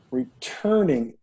returning